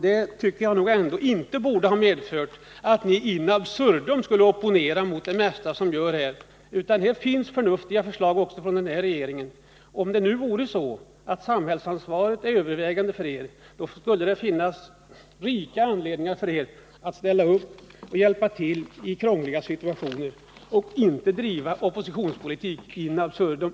Det tycker jag inte borde ha medfört att ni in absurdum opponerar mot det mesta som vi gör —det finns förnuftiga förslag som kommer också från den här regeringen. Om nu samhällsansvaret vore det som vägde tyngst för er, skulle det ju finnas rika anledningar att ställa upp och hjälpa till i krångliga situationer, i stället för att driva oppositionspolitiken in absurdum.